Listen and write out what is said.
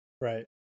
right